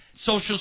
Social